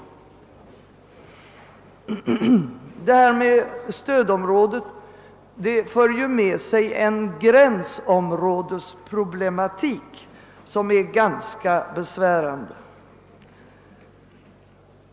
Det här med stödområde medför ju en ganska besvärande gränsområdesproblematik.